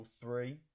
three